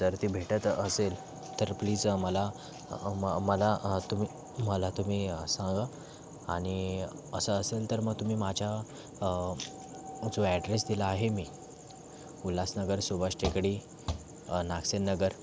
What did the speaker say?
जर ती भेटत असेल तर प्लीज मला मला तुम्ही मला तुम्ही सांगा आणि असं असेल तर मग तुम्ही माझ्या जो ॲड्रेस दिला आहे मी उल्हासनगर सुभाष टेकडी नागसेन नगर